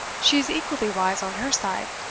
she is equally wise on her side,